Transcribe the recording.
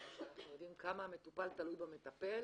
שאנחנו יודעים כמה המטופל תלוי במטפל